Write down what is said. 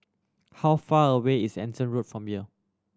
how far away is Anson Road from here